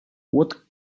what